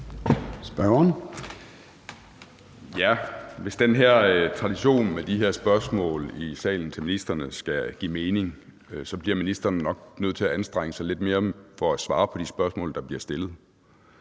Olesen (LA): Hvis den her tradition med de her spørgsmål i salen til ministrene skal give mening, bliver ministeren nok nødt til at anstrenge sig lidt mere for at svare på de spørgsmål, der bliver stillet.